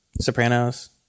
Sopranos